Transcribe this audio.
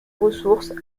ressources